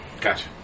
Gotcha